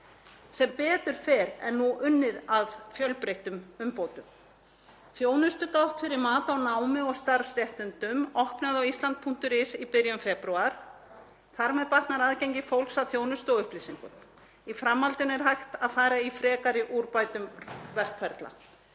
Sem betur fer er nú unnið að fjölbreyttum umbótum. Þjónustugátt fyrir mat á námi og starfsréttindum opnaði á island.is í byrjun febrúar. Þar með batnar aðgengi fólks að þjónustu og upplýsingum. Í framhaldinu er hægt að fara í frekari úrbætur verkferla.